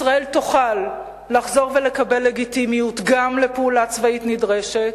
ישראל תוכל לחזור ולקבל לגיטימיות גם לפעולה צבאית נדרשת,